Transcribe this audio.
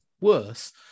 worse